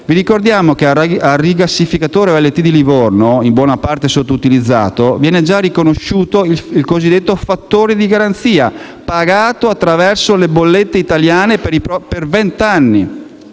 Vi ricordiamo che al rigassificatore OLT di Livorno, in buona parte sottoutilizzato, viene già riconosciuto il cosiddetto fattore di garanzia, pagato attraverso le bollette energetiche per vent'anni.